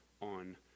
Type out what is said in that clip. on